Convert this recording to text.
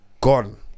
gone